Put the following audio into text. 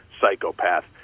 psychopath